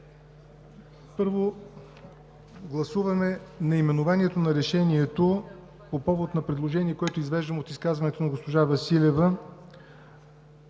Първо ще гласуваме наименованието на Решението по повод на предложение, което извеждам от изказването на госпожа Василева